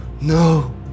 No